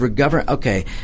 okay